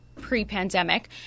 pre-pandemic